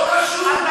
הוא לא רשום.